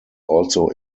also